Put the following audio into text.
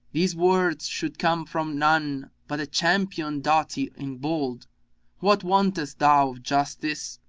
these words should come from none but a champion doughty and bold what wantest thou of justice?